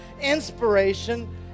inspiration